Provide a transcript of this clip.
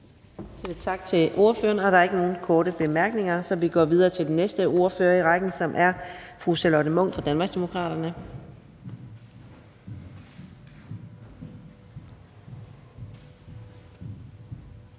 Adsbøl): Tak til ordføreren. Der er ikke nogen korte bemærkninger, så vi går videre til den næste ordfører i rækken, som er hr. Carsten Bach fra Liberal Alliance.